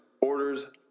orders